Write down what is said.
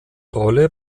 rolle